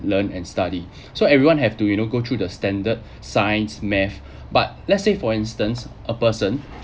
learn and study so everyone have to you know go through the standard science math but let's say for instance a person